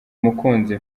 umukunzi